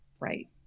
right